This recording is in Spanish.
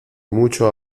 mucho